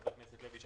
חבר הכנסת לוי,